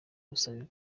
busabe